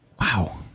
Wow